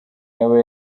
yaba